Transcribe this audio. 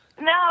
no